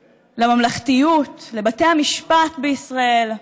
לממלכתיות, לבתי המשפט בישראל.